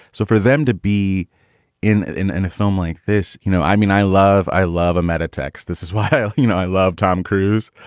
so for them to be in a and film like this, you know, i mean, i love i love emet attacks. this is why, ah you know, i love tom cruise.